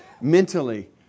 mentally